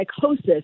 psychosis